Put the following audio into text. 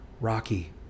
Rocky